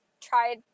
tried